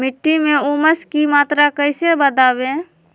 मिट्टी में ऊमस की मात्रा कैसे बदाबे?